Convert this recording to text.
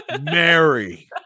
Mary